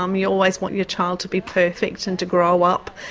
um you always want your child to be perfect and to grow up,